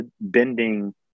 bending